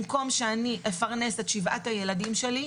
במקום שאני אפרנס את שבעת הילדים שלי,